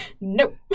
Nope